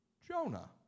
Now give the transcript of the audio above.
Jonah